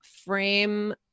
frame